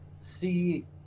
see